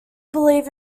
believe